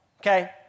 Okay